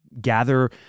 gather